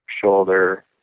shoulder